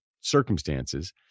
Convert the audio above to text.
circumstances